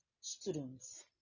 students